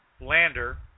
lander